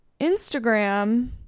Instagram